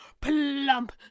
plump